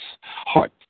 heart